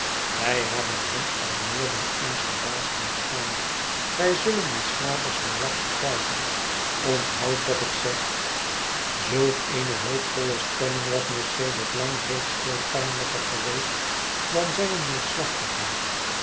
wij hebben hen al meer dan eens verbaasd doen staan wij zullen die slapers wel wakker krijgen onthoudt wat ik zeg zulk eene hoopvolle stemming was mij sedert lang reeds veel pijnlijker geweest dan zijne neerslachtigheid